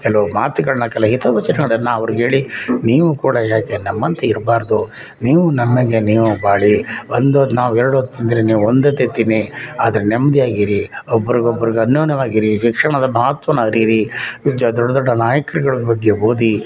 ಕೆಲವು ಮಾತುಗಳ್ನ ಕೆಲ ಹಿತವಚನಗಳನ್ನು ಅವ್ರಿಗೆ ಹೇಳಿ ನೀವು ಕೂಡ ಏಕೆ ನಮ್ಮಂತೆ ಇರಬಾರ್ದು ನೀವು ನಮ್ಮಂತೆ ನೀವು ಬಾಳಿ ಒಂದು ನಾವು ಎರಡು ಹೊತ್ತು ತಿಂದರೆ ನೀವು ಒಂದು ಹೊತ್ತೆ ತಿನ್ನಿ ಆದ್ರೆ ನೆಮ್ದಿಯಾಗಿ ಇರಿ ಒಬ್ರಿಗೆ ಒಬ್ರಿಗೆ ಅನ್ಯೋನ್ಯವಾಗಿರಿ ಶಿಕ್ಷಣದ ಮಹತ್ವವನ್ನು ಅರೀರಿ ಜ ದೊಡ್ಡ ದೊಡ್ಡ ನಾಯಕ್ರುಗಳ ಬಗ್ಗೆ ಓದಿ